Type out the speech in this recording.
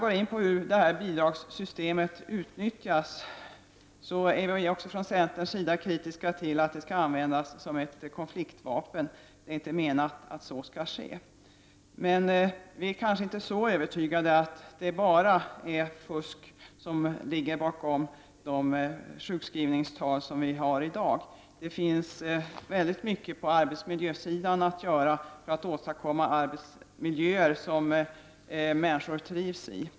Vi i centern är kritiska till att detta bidragssystem kan användas som ett konfliktvapen. Det är naturligtvis inte meningen. Vi är emellertid inte övertygade om att det bara är fusk som ligger bakom de sjukskrivningstal vi i dag har. Det finns väldigt mycket att vinna genom att skapa bättre arbetsmiljöer, där människorna trivs.